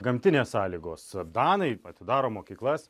gamtinės sąlygos danai atidaro mokyklas